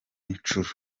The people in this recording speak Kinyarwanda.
nshuro